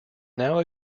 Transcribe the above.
now